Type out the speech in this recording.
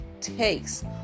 takes